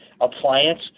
appliance